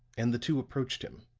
and the two approached him.